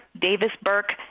Davis-Burke